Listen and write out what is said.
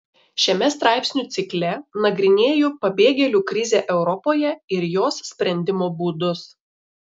šiame straipsnių cikle nagrinėju pabėgėlių krizę europoje ir jos sprendimo būdus